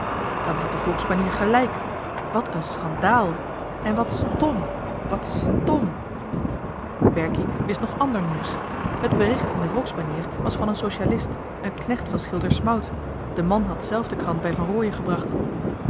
dan had de volksbanier gelijk wat een schandaal en wat stom wat stom berkie wist nog ander nieuws het bericht in de volksbanier was van een socialist een knecht van schilder smout de man had zelf de krant bij van rooien gebracht